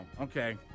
okay